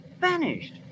vanished